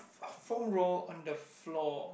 foam roll on the floor